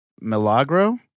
Milagro